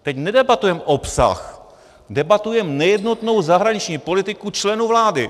Teď nedebatujeme obsah, debatujeme nejednotnou zahraniční politiku členů vlády.